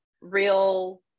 real